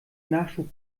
nachschub